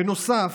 בנוסף,